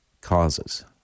causes